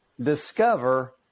discover